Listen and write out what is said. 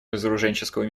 разоруженческого